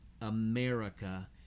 America